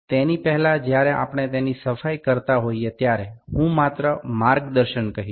તેની પહેલા જ્યારે આપણે તેની સફાઇ કરતા હોઈએ ત્યારે હું માત્ર માર્ગદર્શન કહીશ